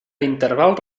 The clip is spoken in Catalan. intervals